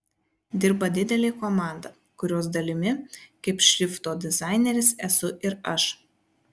dirba didelė komanda kurios dalimi kaip šrifto dizaineris esu ir aš